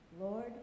Lord